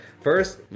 first